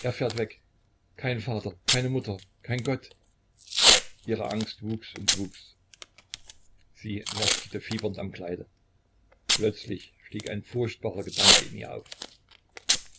er fährt weg kein vater keine mutter kein gott ihre angst wuchs und wuchs sie nestelte fiebernd am kleide plötzlich stieg ein furchtbarer gedanke in ihr auf